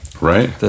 Right